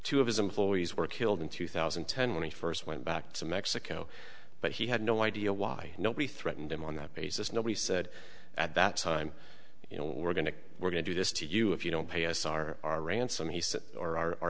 two of his employees were killed in two thousand and ten when he first went back to mexico but he had no idea why nobody threatened him on that basis nobody said at that time you know we're going to we're going to do this to you if you don't pay us our ransom he